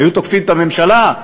היו תוקפים את הממשלה,